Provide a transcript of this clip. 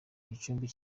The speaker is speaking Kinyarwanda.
igicumbi